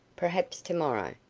perhaps, to-morrow,